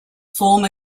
form